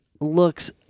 looks